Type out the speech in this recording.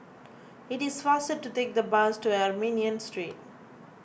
it is faster to take the bus to Armenian Street